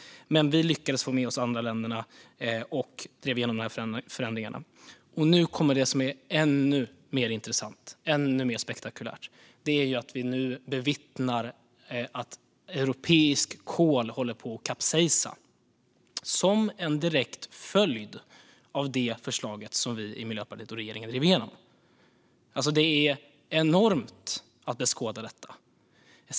Men vi lyckades få med oss de andra länderna och driva igenom förändringarna. Nu kommer det som är ännu mer intressant och spektakulärt. Det är att vi nu bevittnar att europeiskt kol håller på att kapsejsa som en direkt följd av förslaget som vi i Miljöpartiet och regeringen drev igenom. Det är enormt att beskåda detta.